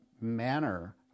manner